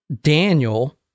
Daniel